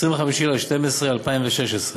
25 בדצמבר 2016,